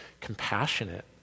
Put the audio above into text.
compassionate